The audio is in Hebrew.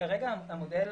כרגע המודל